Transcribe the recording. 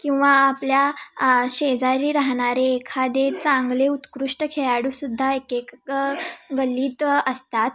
किंवा आपल्या शेजारी राहणारे एखादे चांगले उत्कृष्ट खेळाडूसुद्धा एक एक गल्लीत असतात